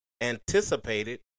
anticipated